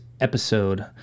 episode